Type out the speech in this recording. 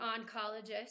oncologist